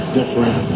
different